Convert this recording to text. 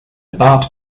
bart